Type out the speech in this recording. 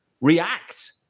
react